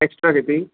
extra किती